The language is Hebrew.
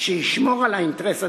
שישמור על האינטרס הציבורי.